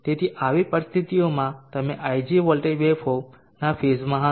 તેથી આવી પરિસ્થિતિઓમાં તમે ig વોલ્ટેજ વેવ્ફોર્મ ના ફેઝમાં હશે